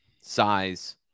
size